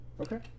Okay